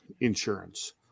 insurance